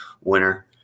winner